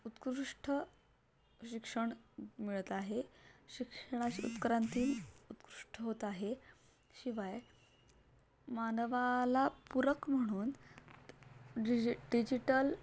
उत्कृष्ट शिक्षण मिळत आहे शिक्षणाशी उत्क्रांती उत्कृष्ट होत आहे शिवाय मानवाला पूरक म्हणून डिजि डिजिटल